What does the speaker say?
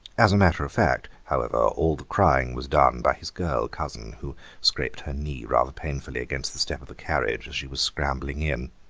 as a matter of fact, however, all the crying was done by his girl-cousin, who scraped her knee rather painfully against the step of the carriage as she was scrambling in.